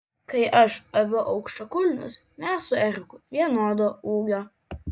kai aš aviu aukštakulnius mes su eriku vienodo ūgio